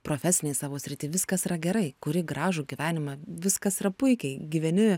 profesinėj savo srity viskas yra gerai kuri gražų gyvenimą viskas yra puikiai gyveni